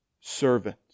Servant